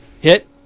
hit